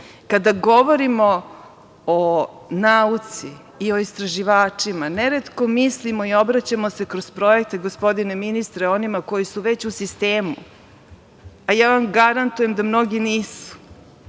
govorimo o nauci i o istraživačima, neretko mislimo i obraćamo se kroz projekte, gospodine ministre, onima koji su već u sistemu. Ja vam garantujem da mnogi nisu.